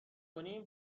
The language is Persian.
کنیم